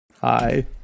Hi